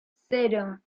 cero